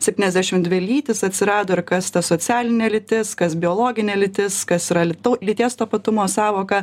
septyniasdešim dvi lytys atsirado ir kas ta socialinė lytis kas biologinė lytis kas yra lytau lyties tapatumo sąvoka